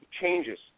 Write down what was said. changes